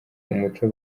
umuco